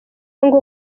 ngo